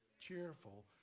cheerful